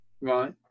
right